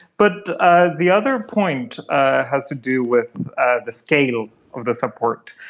but ah the other point has to do with ah the scale of the support.